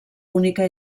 única